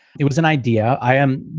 it was an idea. i am,